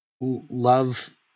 love